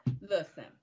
listen